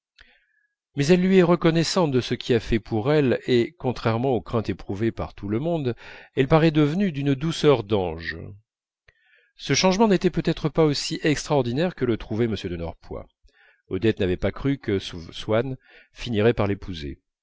mais elle lui est reconnaissante de ce qu'il a fait pour elle et contrairement aux craintes éprouvées par tout le monde elle paraît devenue d'une douceur d'ange ce changement n'était peut-être pas aussi extraordinaire que le trouvait m de norpois odette n'avait pas cru que swann finirait par l'épouser